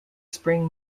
spring